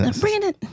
Brandon